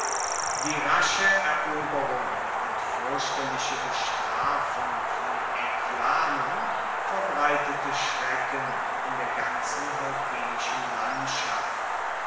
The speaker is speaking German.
die rasche eroberung und fürchterliche bestrafung von aeclanum verbreitete schrecken in der ganzen hirpinischen landschaft